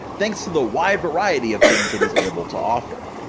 thanks to the wide variety of things and he's able to offer!